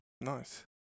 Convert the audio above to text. Nice